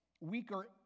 weaker